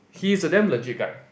he is a damn legit guy